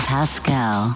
Pascal